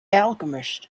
alchemist